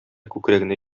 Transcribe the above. күкрәгенә